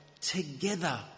together